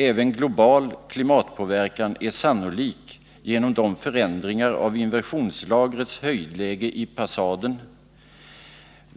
Även global klimatpåverkan är sannolik genom de förändringar av inversionslagrets höjdläge i passaden,